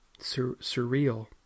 Surreal